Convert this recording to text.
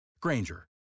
Granger